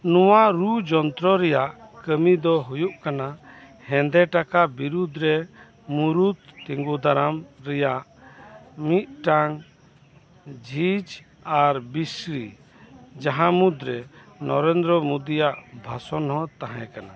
ᱱᱚᱶᱟ ᱨᱩ ᱡᱚᱱᱛᱨᱚ ᱨᱮᱱᱟᱜ ᱠᱟᱹᱢᱤ ᱫᱚ ᱦᱩᱭᱩᱜ ᱠᱟᱱᱟ ᱦᱮᱸᱫᱮ ᱴᱟᱠᱟ ᱵᱤᱨᱩᱫ ᱨᱮ ᱢᱩᱲᱩᱫ ᱛᱤᱸᱜᱩ ᱫᱟᱨᱟᱢ ᱨᱮᱭᱟᱜ ᱢᱤᱫᱴᱟᱝ ᱡᱷᱤᱡ ᱟᱨ ᱵᱤᱥᱥᱨᱤ ᱡᱟᱦᱟᱸ ᱢᱩᱫᱽᱨᱮ ᱱᱚᱨᱮᱱᱫᱨᱚ ᱢᱳᱫᱤᱭᱟᱜ ᱵᱷᱟᱥᱚᱱ ᱦᱚᱸ ᱛᱟᱦᱮᱸ ᱠᱟᱱᱟ